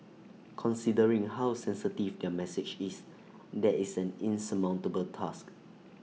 considering how sensitive their message is that is an insurmountable task